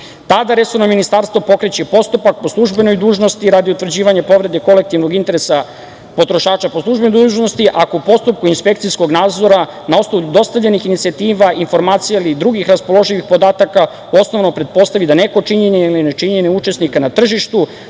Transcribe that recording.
Tada resorno ministarstvo pokreće postupak po službenoj dužnosti radi utvrđivanja povrede kolektivnog interesa potrošača po službenoj dužnosti, ako u postupku inspekcijskog nadzora, na osnovudostavljenih inicijativa, informacija ili drugih raspoloživih podataka, osnovano pretpostavi da neko činjenje ili nečinjenje učesnika na tržištu,